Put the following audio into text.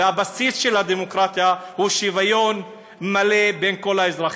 והבסיס של הדמוקרטיה הוא שוויון מלא בין כל האזרחים,